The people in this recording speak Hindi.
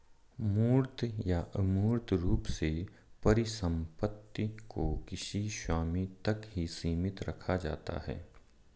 मूर्त या अमूर्त रूप से परिसम्पत्ति को किसी स्वामी तक ही सीमित रखा जाता है